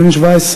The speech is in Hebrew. בן 17,